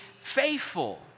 faithful